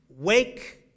Wake